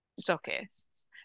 stockists